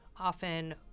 often